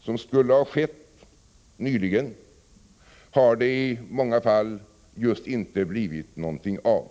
som skulle ha skett nyligen, har det i många fall just inte blivit något av.